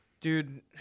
Dude